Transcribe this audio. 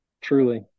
truly